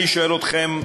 אני שואל אתכם,